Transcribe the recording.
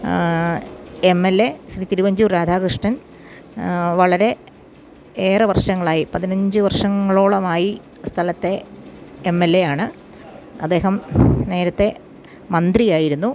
M L A Shri Thiruvanchoor Radhakrishnan വളരെ ഏറെ വർഷങ്ങളായി പതിനഞ്ച് വർഷങ്ങളോളമായി സ്ഥലത്തെ എം എൽ എ ആണ് അദ്ദേഹം നേരത്തെ മന്ത്രിയായിരുന്നു